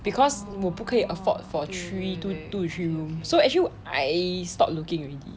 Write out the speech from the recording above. because 我不可以 afford for three two to three room so actually I stopped looking already